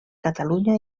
catalunya